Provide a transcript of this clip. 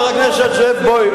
חבר הכנסת זאב בוים,